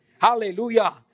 Hallelujah